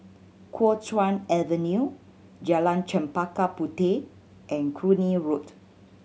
Kuo Chuan Avenue Jalan Chempaka Puteh and Cluny Road